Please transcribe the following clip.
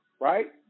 right